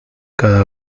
cada